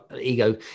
Ego